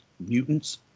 Mutants